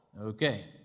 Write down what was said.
okay